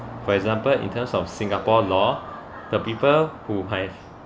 for example in terms of singapore law the people who have